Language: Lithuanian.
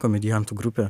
komediantų grupė